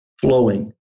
flowing